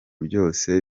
byose